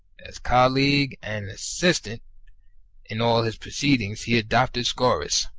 as colleague and assistant in all his proceedings he adopted scaurus,